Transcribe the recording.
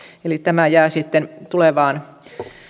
eli tämä vielä jää sitten tulevaan